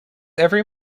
every